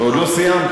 ועוד לא סיימתי.